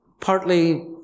partly